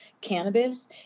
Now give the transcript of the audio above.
cannabis